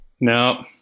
no